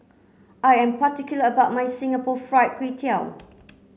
I am particular about my Singapore Fried Kway Tiao